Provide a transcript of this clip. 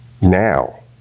now